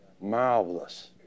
marvelous